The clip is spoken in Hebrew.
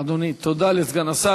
תודה לסגן השר.